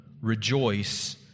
Rejoice